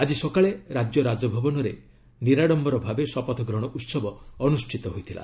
ଆଜି ସକାଳେ ରାଜ୍ୟରାଜଭବନରେ ନିରାଡମ୍ଘର ଭାବେ ଶପଥଗ୍ରହଣ ଉହବ ଅନୁଷ୍ଠିତ ହୋଇଥିଲା